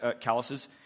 calluses